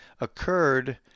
occurred